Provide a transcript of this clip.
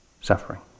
suffering